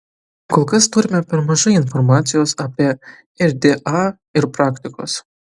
kol kas turime per mažai informacijos apie rda ir praktikos